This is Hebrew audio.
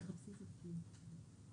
לא שומעים אותך,